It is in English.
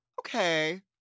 Okay